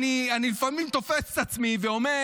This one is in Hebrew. לפעמים אני תופס את עצמי ואומר: